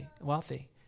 wealthy